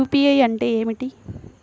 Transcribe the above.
UPI అంటే ఏమిటి?